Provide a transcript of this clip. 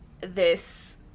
this-